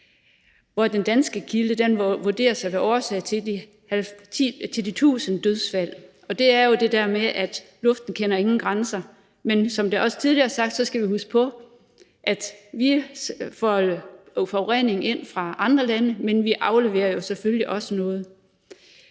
hvor den danske kilde vurderes at være årsag til 1.000 dødsfald. Det er jo det der med, at luften kender ingen grænser. Som det også tidligere er blevet sagt, skal vi huske på, at vi får forurening ind fra andre lande, men vi afleverer jo selvfølgelig også noget.